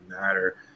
matter